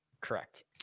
Correct